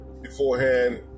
beforehand